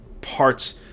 parts